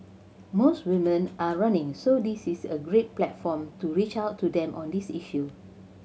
mores women are running so this is a great platform to reach out to them on this issue